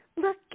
look